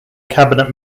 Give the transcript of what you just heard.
cabinet